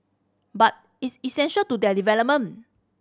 but it's essential to their development